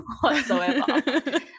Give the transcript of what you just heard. whatsoever